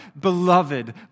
beloved